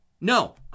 No